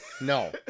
No